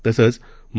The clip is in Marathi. तसंच मा